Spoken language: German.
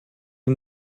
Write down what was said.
ein